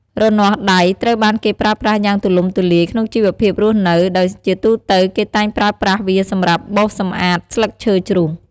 រនាស់ដៃត្រូវបានគេប្រើប្រាស់យ៉ាងទូលំទូលាយក្នុងជីវភាពរស់នៅ ដោយជាទូទៅគេតែងប្រើប្រាស់វាសម្រាប់ បោសសម្អាតស្លឹកឈើជ្រុះ។